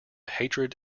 hatred